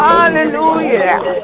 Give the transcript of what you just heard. Hallelujah